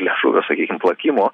liežuvio sakykim plakimo